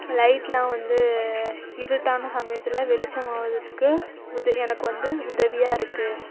லைட்லாம் வந்து இருட்டான சமயத்தில் வெளிச்சம் ஆகறதுக்கு உத எனக்கு வந்து உதவியாக இருக்குது